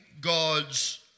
God's